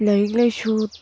ꯂꯥꯏꯔꯤꯛ ꯂꯥꯏꯁꯨ